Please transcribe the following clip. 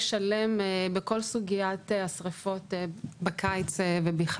הדבר הזה מאוד פשוט, הוא לא